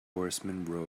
horseman